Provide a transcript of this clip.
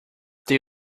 they